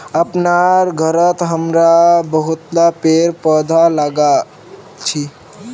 अपनार घरत हमरा बहुतला पेड़ पौधा लगाल छि